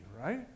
right